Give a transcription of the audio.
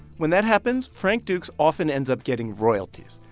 when that happens, frank dukes often ends up getting royalties.